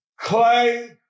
clay